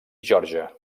geòrgia